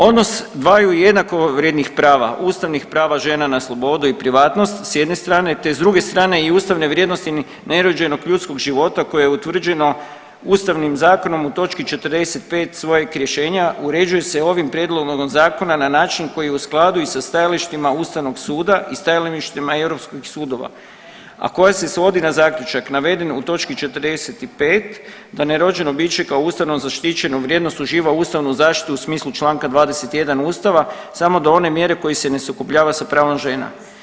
Odnos dvaju jednakovrijednih prava, ustavnih prava žena na slobodu i privatnost, s jedne strane te s druge strane i ustavne vrijednosti nerođenog ljudskog života koje je utvrđeno Ustavnim zakonom u točki 45. svojeg rješenja uređuje se ovim prijedlogom zakona na način koji je u skladu i sa stajalištima Ustavnog suda i stajalištima i europskih sudova, a koje se svodi na zaključak navedeno u točki 45, da nerođeno biće kao ustavno zaštićenu vrijednost uživa ustavnu zaštitu u smislu čl. 21 Ustava samo do one mjere koje se ne sukobljava sa pravom žena.